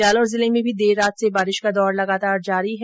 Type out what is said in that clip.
जालोर जिले में भी देर रात से बारिश का दौर लगातार जारी है